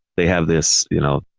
they have this, you know,